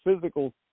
physical